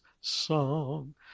song